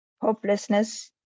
hopelessness